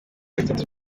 bitatu